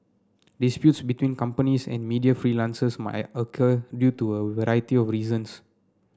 disputes between companies and media freelancers might occur due to a variety of reasons